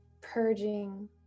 purging